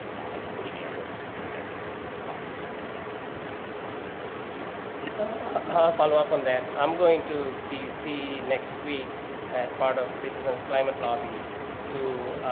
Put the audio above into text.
i believe me, i've worked in the executive branch for five years on this stuff and we need congress to do its job here. so a follow up on that. i'm going to dc next week as part of citizens' climate lobby to